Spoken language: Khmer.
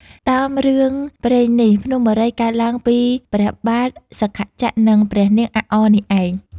តាមរឿងព្រេងនេះ ភ្នំបូរីកើតឡើងពីព្រះបាទ សង្ខចក្រ និងព្រះនាង អាក់អ នេះឯង។